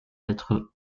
lettres